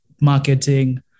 marketing